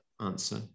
answer